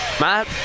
Matt